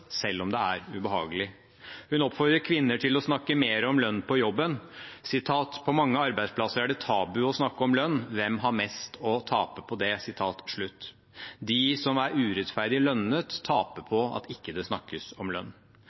selv om det er ubehagelig. Hun oppfordrer kvinner til å snakke mer om lønn på jobben: «På mange arbeidsplasser er det tabu å snakke om lønn. Hvem har mest å tape på det?» De som er urettferdig lønnet, taper på at det ikke snakkes om lønn.